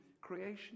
creation